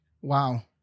Wow